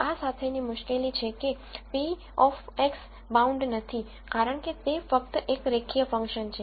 આ સાથેની મુશ્કેલી છે કે p ઓફ x બાઉન્ડ નથી કારણ કે તે ફક્ત એક રેખીય ફંક્શન છે